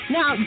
Now